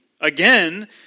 Again